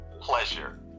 pleasure